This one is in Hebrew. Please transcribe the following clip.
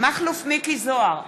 מכלוף מיקי זוהר,